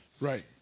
Right